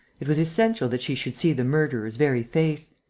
it was essential that she should see the murderer's very face.